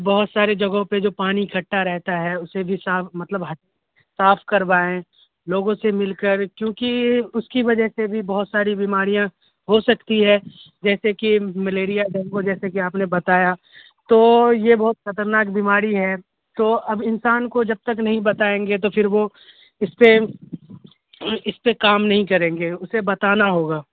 بہت سارے جگہوں پہ جو پانی اکٹھا رہتا ہے اسے بھی صاف مطلب صاف کروائیں لوگوں سے مل کر کیونکہ اس کی وجہ سے بھی بہت ساری بیماریاں ہو سکتی ہے جیسے کہ ملیریا ڈینگو جیسے کہ آپ نے بتایا تو یہ بہت خطرناک بیماری ہے تو اب انسان کو جب تک نہیں بتائیں گے تو پھر وہ اس سے اس پہ کام نہیں کریں گے اسے بتانا ہوگا